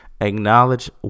Acknowledge